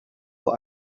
that